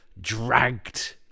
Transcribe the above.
dragged